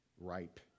ripe